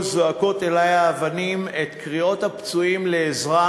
זועקות אלי האבנים את קריאות הפצועים לעזרה